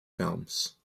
films